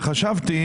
וחשבתי,